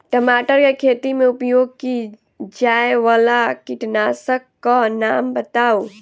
टमाटर केँ खेती मे उपयोग की जायवला कीटनासक कऽ नाम बताऊ?